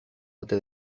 ote